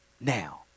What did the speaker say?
now